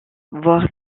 voir